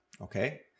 Okay